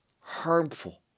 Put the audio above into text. harmful